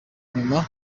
nyuma